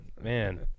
Man